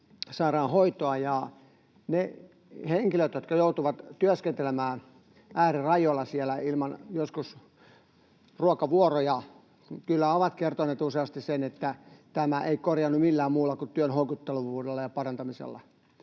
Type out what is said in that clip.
kotisairaanhoitoa, ja ne henkilöt, jotka joutuvat työskentelemään äärirajoilla siellä — joskus ilman ruokavuoroja — kyllä ovat kertoneet useasti sen, että tämä ei korjaannu millään muulla kuin työn houkuttelevuudella ja parantamisella.